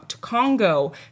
Congo